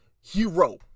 hero